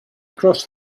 crossed